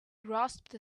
grasped